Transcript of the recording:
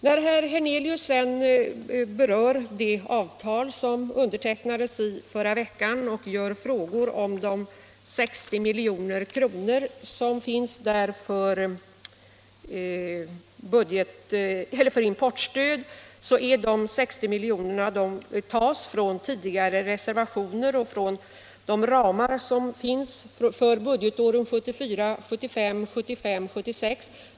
När herr Hernelius berör det avtal som undertecknades i förra veckan och ställer frågor om de 60 milj.kr. som där anvisas för importstöd, så vill jag svara att dessa 60 miljoner tas från tidigare reservationer inom de ramar som finns för budgetåren 1974 76.